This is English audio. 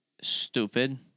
Stupid